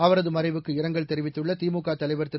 அவரது மறைவுக்கு இரங்கல் தெரிவித்துள்ள திமுக தலைவர் திரு